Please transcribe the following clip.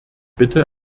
bitte